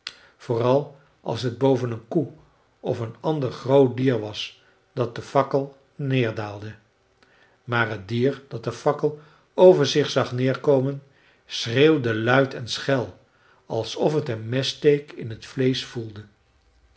vooral als het boven een koe of een ander groot dier was dat de fakkel neerdaalde maar het dier dat de fakkel over zich zag neerkomen schreeuwde luid en schel alsof het een messteek in t vleesch voelde